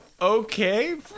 okay